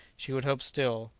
she would hope still,